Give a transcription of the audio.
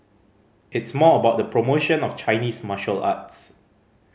it's more about the promotion of Chinese martial arts